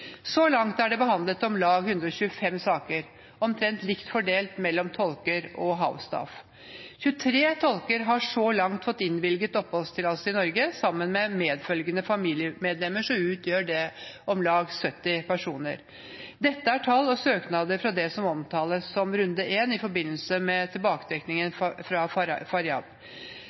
Så langt er det behandlet om lag 125 saker – omtrent likt fordelt mellom tolker og «house staff». 23 tolker har så langt fått innvilget oppholdstillatelse i Norge. Sammen med medfølgende familiemedlemmer utgjør det om lag 70 personer. Dette er tall og søknader fra det som omtales som «runde 1» i forbindelse med